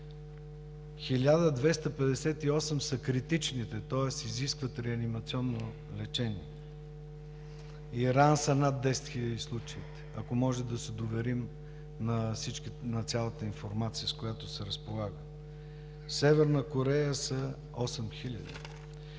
1258 са критичните, тоест изискват реанимационно лечение. В Иран са над 10 хиляди случая, ако може да се доверим на цялата информация, с която се разполага. В Северна Корея са 8